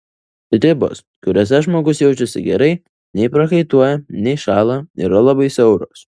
ribos kuriose žmogus jaučiasi gerai nei prakaituoja nei šąla yra labai siauros